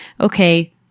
okay